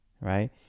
Right